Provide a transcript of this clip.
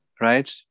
right